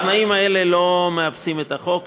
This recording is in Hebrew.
התנאים האלה לא מאפסים את החוק,